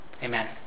Amen